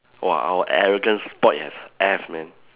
!wah! our arrogance spoilt as F man